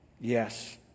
yes